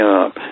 up